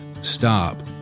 stop